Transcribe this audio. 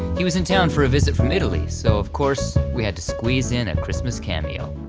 he was in town for a visit from italy, so of course we had to squeeze in at christmas cameo.